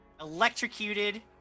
electrocuted